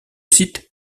site